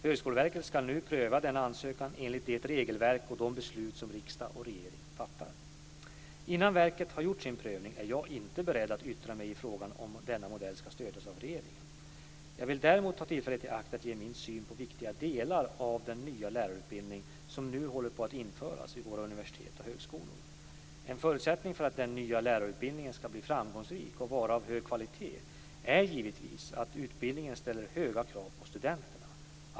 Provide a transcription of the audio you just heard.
Högskoleverket ska nu pröva denna ansökan enligt det regelverk och de beslut som riksdag och regering har fattat. Innan verket har gjort sin prövning är jag inte beredd att yttra mig i frågan om huruvida denna modell ska stödjas av regeringen. Jag vill däremot ta tillfället i akt att ge min syn på viktiga delar av den nya lärarutbildning som nu håller på att införas vid våra universitet och högskolor. En förutsättning för att den nya lärarutbildningen ska bli framgångsrik och vara av hög kvalitet är givetvis att utbildningen ställer höga krav på studenterna.